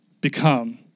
become